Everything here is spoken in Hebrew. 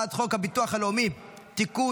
הצעת חוק הביטוח הלאומי (תיקון,